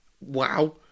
Wow